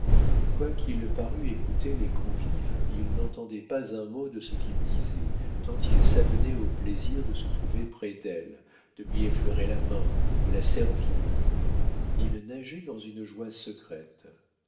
quoiqu'il parût écouter les convives il n'entendait pas un mot de ce qu'ils disaient tant il s'adonnait au plaisir de se trouver près d'elle de lui effleurer la main de la servir il nageait dans une joie secrète